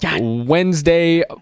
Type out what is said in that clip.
Wednesday